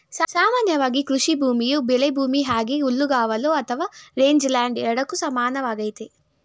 ಸಾಮಾನ್ಯವಾಗಿ ಕೃಷಿಭೂಮಿಯು ಬೆಳೆಭೂಮಿ ಹಾಗೆ ಹುಲ್ಲುಗಾವಲು ಅಥವಾ ರೇಂಜ್ಲ್ಯಾಂಡ್ ಎರಡಕ್ಕೂ ಸಮಾನವಾಗೈತೆ